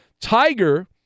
Tiger